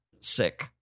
sick